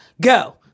Go